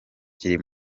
kiri